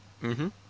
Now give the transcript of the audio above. mmhmm